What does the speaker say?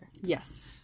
Yes